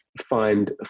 find